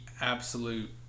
absolute